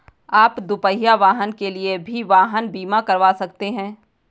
आप दुपहिया वाहन के लिए भी वाहन बीमा करवा सकते हैं